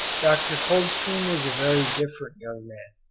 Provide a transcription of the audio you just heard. dr. coldstream was a very different young man,